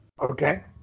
Okay